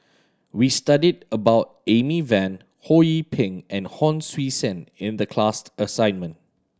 we studied about Amy Van Ho Yee Ping and Hon Sui Sen in the class assignment